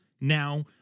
now